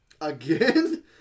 Again